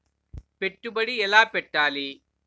పెట్టుబడి ఎలా పెట్టాలి?